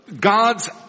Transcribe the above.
God's